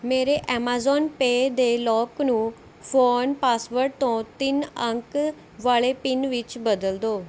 ਮੇਰੇ Amazon Pay ਦੇ lock ਨੂੰ ਫ਼ੋਨ ਪਾਸਵਰਡ ਤੋਂ ਤਿੰਨ ਅੰਕ ਵਾਲੇ ਪਿੰਨ ਵਿੱਚ ਬਦਲ ਦਿਉ